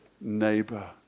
neighbor